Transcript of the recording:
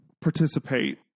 participate